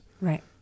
right